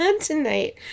tonight